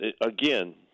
again